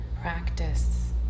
practice